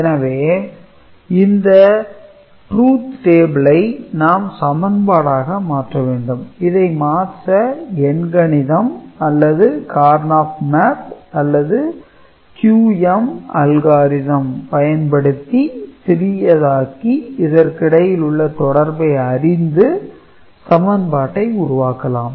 எனவே இந்த 'Truth Table' ஐ நாம் சமன்பாடாக மாற்ற வேண்டும் இதை மாற்ற எண் கணிதம் அல்லது "karnaugh map" அல்லது "QM algorithm" பயன்படுத்தி சிறியதாக்கி இதற்கிடையில் உள்ள தொடர்பை அறிந்து சமன்பாட்டை உருவாக்கலாம்